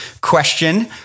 question